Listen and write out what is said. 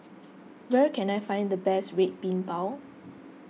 where can I find the best Red Bean Bao